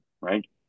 right